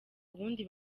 ubundi